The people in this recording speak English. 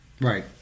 Right